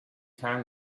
can